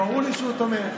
ברור לי שהוא תומך.